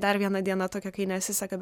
dar viena diena tokia kai nesiseka